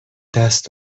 دست